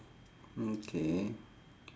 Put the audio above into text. mm K